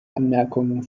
anmerkungen